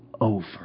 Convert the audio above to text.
over